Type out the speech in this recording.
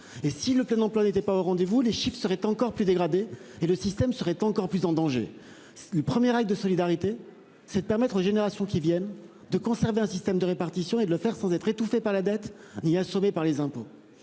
et si le plein emploi n'était pas au rendez-vous les chips serait encore plus dégradée et le système serait encore plus en danger. Du premier acte de solidarité, c'est de permettre aux générations qui viennent de conserver un système de répartition et de le faire sans être étouffé par la dette ni assommés par les impôts.